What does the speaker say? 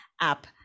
app